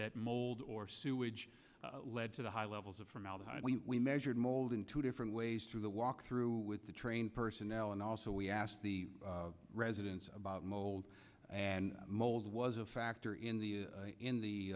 that mold or sewage led to the high levels of formaldehyde we measured mold in two different ways through the walk through with the trained personnel and also we asked the residents about mold and mold was a factor in the in the